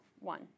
One